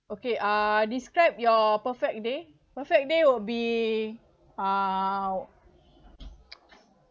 okay uh describe your perfect day perfect day will be uh